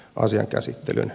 arvoisa puhemies